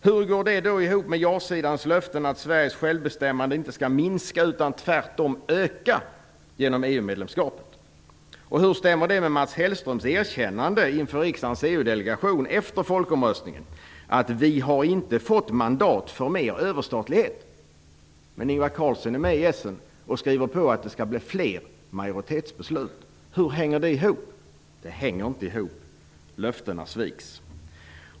Hur går då detta ihop med ja-sidans löften att Sveriges självbestämmande inte skall minska utan tvärtom öka genom EU-medlemskapet? Hur stämmer det med Mats Hellströms erkännande inför riksdagens EU-delegation efter folkomröstningen, att vi inte har fått mandat för mer överstatlighet? Men Ingvar Carlsson var med i Essen och skrev på att det skall bli fler majoritetsbeslut. Hur hänger detta ihop? Det hänger inte ihop. Löftena sviks.